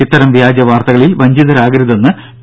ഇത്തരം വ്യാജ വാർത്തകളിൽ വഞ്ചിതരാകരുതെന്ന് പി